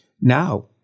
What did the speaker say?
now